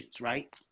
right